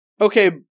Okay